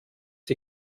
die